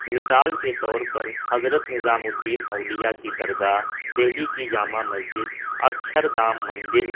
مثال کے طور پر حضرت نظام الدین اولیا کی درگاہ دہلی کی جامع مسجد اکچھردھام مندر